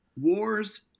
wars